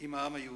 עם העם היהודי.